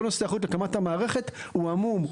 כל נשוא האחריות להקמת המערכת הוא עמום,